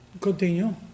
Continue